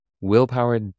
willpower